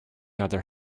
other